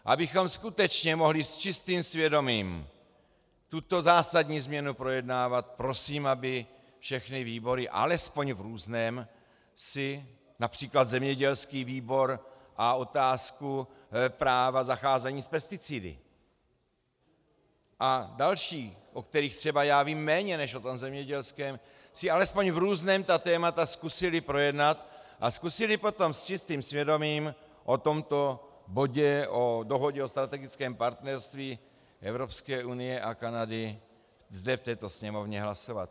Abychom skutečně mohli s čistým svědomím tuto zásadní změnu projednávat, prosím, aby všechny výbory alespoň v různém například zemědělský výbor otázku práva zacházení s pesticidy, a další, o kterých třeba já vím méně než o tom zemědělském si alespoň v různém ta témata zkusily projednat a zkusily potom s čistým svědomím o tomto bodě, o dohodě o strategickém partnerství Evropské unie a Kanady zde v této Sněmovně hlasovat.